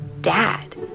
dad